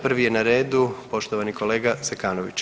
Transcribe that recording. Prvi je na redu poštovani kolega Zekanović.